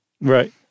Right